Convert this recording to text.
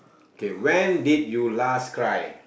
okay when did you last cry